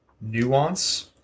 nuance